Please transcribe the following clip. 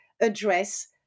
address